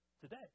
today